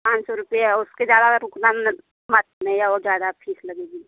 पाँच सौ रुपया उसके ज़्यादा और ज़्यादा फीस लगेगी